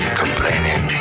complaining